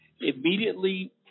immediately